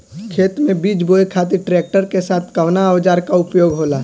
खेत में बीज बोए खातिर ट्रैक्टर के साथ कउना औजार क उपयोग होला?